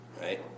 right